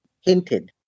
hinted